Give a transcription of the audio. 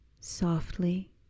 softly